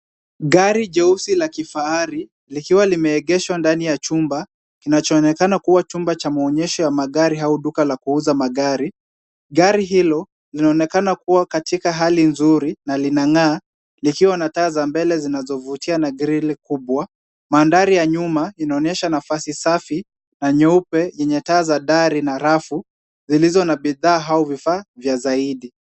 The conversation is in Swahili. Gari jeusi la kifahari likiwa limeegeshwa ndani ya chumba, kinachoonekana kuwa chumba cha maonyesho ya magari au duka la kuuza magari. Gari hilo linaonekana kuwa katika hali nzuri na linang'aa, likiwa na taa za mbele zinazovutia na grill kubwa. Mandhari ya nyuma inaonyesha nafasi safi na nyeupe yenye taa za dari na rafu zilizo na bidhaa au vifaa vya zaidi.